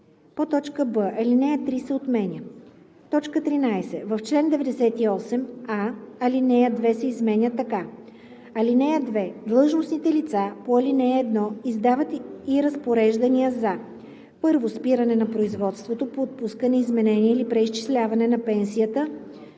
т. 5.“; б) алинея 3 се отменя. 13. В чл. 98: а) алинея 2 се изменя така: „(2) Длъжностните лица по ал. 1 издават и разпореждания за: 1. спиране на производството по отпускане, изменение или преизчисляване на пенсия